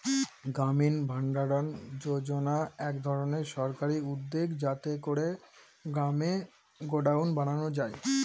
গ্রামীণ ভাণ্ডারণ যোজনা এক ধরনের সরকারি উদ্যোগ যাতে করে গ্রামে গডাউন বানানো যায়